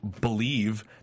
believe